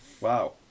Wow